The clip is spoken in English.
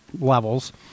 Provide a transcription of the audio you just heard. levels